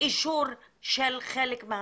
אישור של חלק מהתקנות.